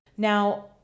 Now